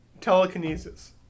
telekinesis